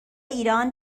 ایران